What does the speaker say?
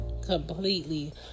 Completely